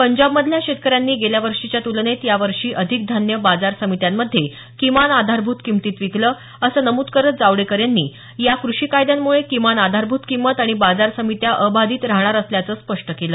पंजाबमधल्या शेतकर्यांनी गेल्यावर्षीच्या तुलनेत यावर्षी अधिक धान्य बाजार समित्यांमध्ये किमान आधारभूम किमतीत विकलं असं नमूद करत जावडेकर यांनी या कृषी कायद्यांमुळे किमान आधारभूत किंमत आणि बाजार समित्या अबाधित राहणार असल्याचं स्पष्ट केलं